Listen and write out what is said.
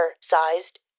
sized